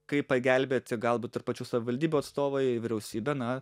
kaip pagelbėti galbūt ir pačių savivaldybių atstovai vyriausybė na